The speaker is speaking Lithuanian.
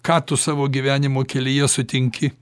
ką tu savo gyvenimo kelyje sutinki